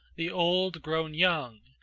the old grown young,